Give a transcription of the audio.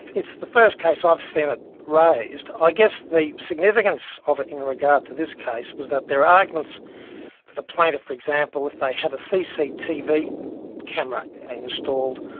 it's the first case i've seen it raised. i guess the significance of it in regard to this case was that their arguments for the plaintiff, for example, if they had a cctv camera installed,